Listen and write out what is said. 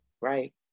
right